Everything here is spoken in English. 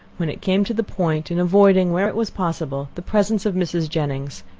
when it came to the point, in avoiding, where it was possible, the presence of mrs. jennings,